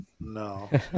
No